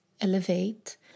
elevate